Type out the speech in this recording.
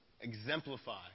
exemplify